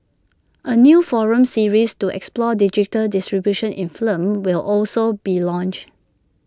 A new forum series to explore digital distribution in film will also be launched